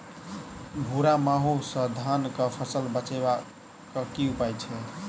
भूरा माहू सँ धान कऽ फसल बचाबै कऽ की उपाय छै?